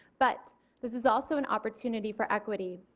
but this is also an opportunity for equity.